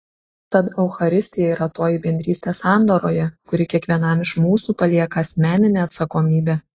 tad eucharistija yra toji bendrystė sandoroje kuri kiekvienam iš mūsų palieka asmeninę atsakomybę